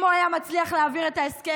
אם הוא היה מצליח להעביר את ההסכם,